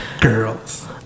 Girls